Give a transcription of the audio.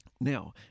Now